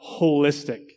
holistic